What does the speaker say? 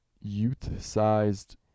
youth-sized